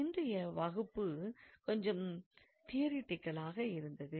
இன்றைய வகுப்பு கொஞ்சம் தியரடிகலாக இருந்தது